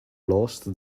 lost